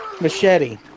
Machete